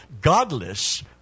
godless